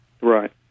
Right